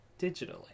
digitally